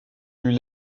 lui